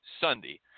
Sunday